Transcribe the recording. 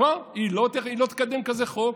כבר היא לא תקדם כזה חוק.